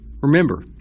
Remember